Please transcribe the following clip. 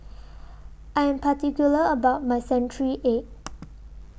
I Am particular about My Century Egg